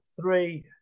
three